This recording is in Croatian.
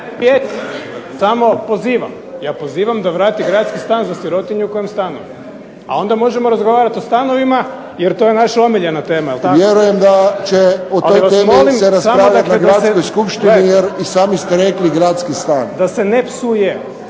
Zoran (SDP)** Ja pozivam da vrati gradski stan za sirotinju u kojem stanuje. A onda možemo razgovarati o stanovima jer to je naša omiljena tema jel tako? **Friščić, Josip (HSS)** Vjerujem da će o toj temi se raspravljati na Gradskoj skupštini jer i sami ste rekli gradski stan. **Milanović,